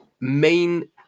main